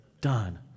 done